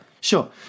sure